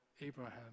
Abraham